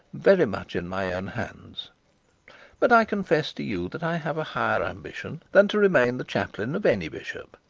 very much in my own hands but i confess to you that i have a higher ambition than to remain the chaplain of any bishop.